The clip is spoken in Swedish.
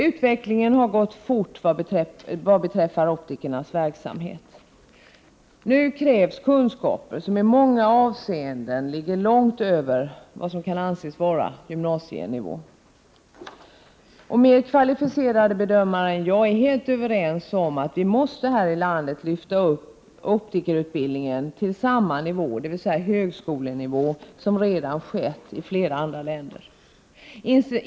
Utvecklingen har gått fort vad beträffar optikernas verksamhet. Nu krävs kunskaper som i många avseenden ligger långt över vad som kan anses vara gymnasienivå. Mer kvalificerade bedömare än jag är helt överens om att vi måste här i landet lyfta upp optikerutbildningen på samma nivå, dvs. högskolenivå, som i flera andra länder.